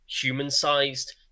human-sized